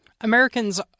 Americans